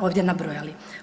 ovdje nabrojali.